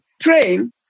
train